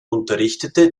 unterrichtete